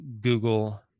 Google